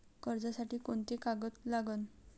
कर्जसाठी कोंते कागद लागन?